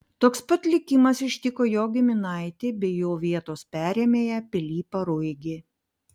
toks pat likimas ištiko jo giminaitį bei jo vietos perėmėją pilypą ruigį